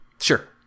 Sure